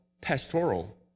pastoral